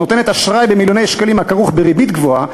נותנת אשראי במיליוני שקלים הכרוך בריבית גבוהה